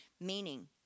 Meaning